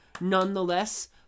Nonetheless